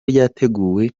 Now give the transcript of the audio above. ryateguwe